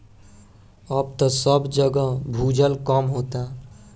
अब त सब जगह भूजल कम होता